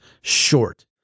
short